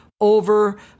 over